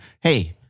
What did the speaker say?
hey